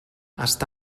està